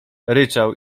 ryczał